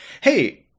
Hey –